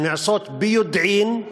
שנעשות ביודעין,